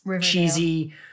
cheesy